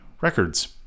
Records